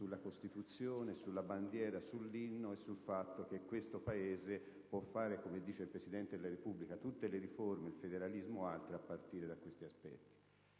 sulla Costituzione, sulla bandiera e sull'inno. E sul fatto che questo Paese può fare, come dice il Presidente della Repubblica, tutte le riforme (federalismo ed altro) a partire da questi aspetti.